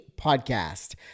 Podcast